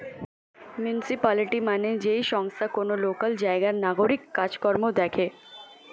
municipality মানে যেই সংস্থা কোন লোকাল জায়গার নাগরিক কাজ কর্ম দেখে